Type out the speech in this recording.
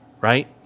right